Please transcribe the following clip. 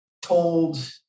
told